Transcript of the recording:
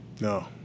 no